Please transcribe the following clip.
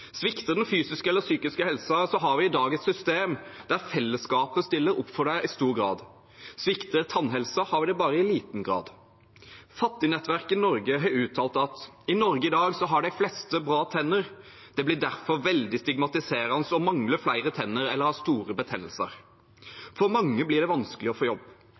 Svikter den fysiske eller psykiske helsen, har vi i dag et system der fellesskapet stiller opp for deg i stor grad. Svikter tannhelsen, har vi det bare i liten grad. Fattignettverket Norge har uttalt: «I Norge i dag har de fleste bra tenner, det blir derfor veldig stigmatiserende å mangle flere tenner eller ha store betennelser. For mange blir det vanskelig å få jobb.»